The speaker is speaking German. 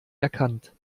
erkannt